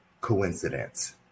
coincidence